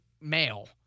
male